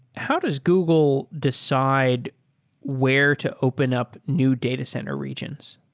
how does google decide where to open up new data center regions?